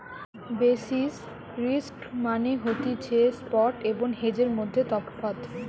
basis risk মানে হতিছে spot এবং হেজের মধ্যে তফাৎ